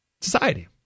Society